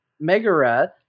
Megara